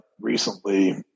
recently